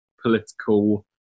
political